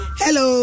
hello